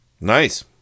nice